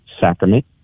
sacrament